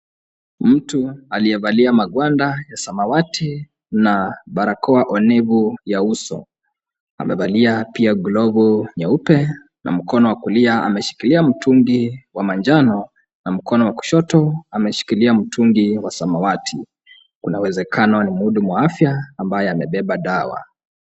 Mtu aliyevalia magwanda ya samawati na barakoa onevu ya uso amevalia pia glovu nyeupe na mkono wa kulia ameshikilia mtungi wa manjano na mkono wa kushoto ameshikilia mtungi wa samawati. Kuna uwezekano ni mhudumu wa afya ambaye amebeba dawa.